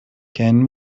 ken